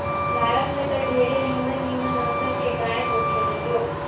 भारत में त ढेरे निमन निमन नसल के गाय होखे ली लोग